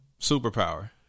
superpower